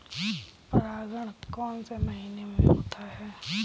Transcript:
परागण कौन से महीने में होता है?